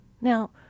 Now